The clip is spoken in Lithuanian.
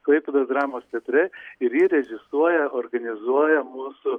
klaipėdos dramos teatre ir jį režisuoja organizuoja mūsų